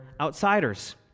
outsiders